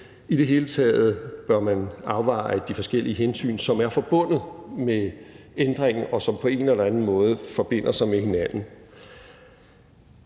I det hele taget bør man afveje de forskellige hensyn, som er forbundet med ændringen, og som på en eller anden måde forbinder sig med hinanden.